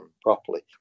properly